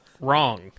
Wrong